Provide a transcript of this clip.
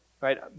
Right